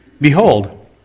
Behold